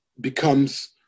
becomes